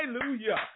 Hallelujah